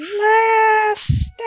Last